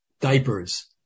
diapers